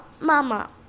mama